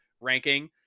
ranking